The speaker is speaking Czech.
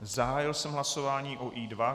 Zahájil jsem hlasování o I2.